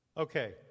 Okay